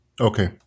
Okay